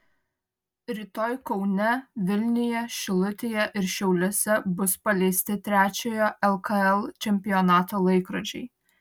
rytoj kaune vilniuje šilutėje ir šiauliuose bus paleisti trečiojo lkl čempionato laikrodžiai